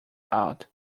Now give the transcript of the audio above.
out